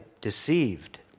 deceived